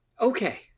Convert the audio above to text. Okay